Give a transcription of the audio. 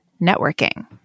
networking